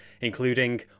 including